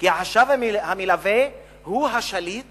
כי החשב המלווה הוא השליט